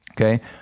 Okay